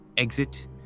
exit